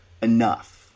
enough